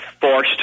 forced